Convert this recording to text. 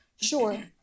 sure